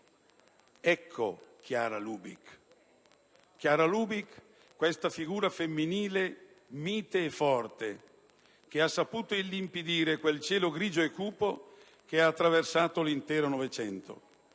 Ecco Chiara Lubich, questa figura femminile mite e forte che ha saputo illimpidire quel cielo grigio e cupo che ha attraversato l'intero Novecento.